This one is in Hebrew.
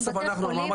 בסוף אנחנו ניפגע.